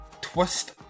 twist